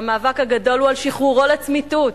והמאבק הגדול הוא על שחרורו לצמיתות.